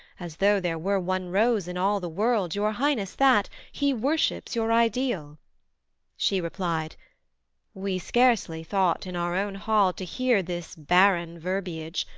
as though there were one rose in all the world, your highness that, he worships your ideal she replied we scarcely thought in our own hall to hear this barren verbiage,